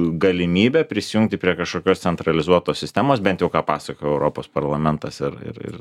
galimybę prisijungti prie kažkokios centralizuotos sistemos bent jau ką pasakojo europos parlamentas ir ir ir